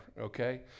okay